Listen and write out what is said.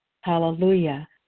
Hallelujah